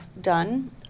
done